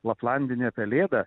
laplandinė pelėda